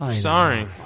Sorry